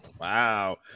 Wow